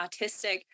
autistic